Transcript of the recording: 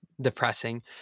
depressing